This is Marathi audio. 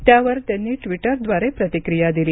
त्यावर त्यांनी ट्वीटर द्वारे प्रतिक्रिया दिली